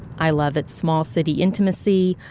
i love its small city intimacy.